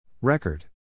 Record